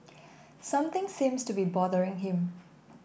something seems to be bothering him